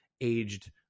aged